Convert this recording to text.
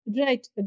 Right